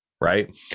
right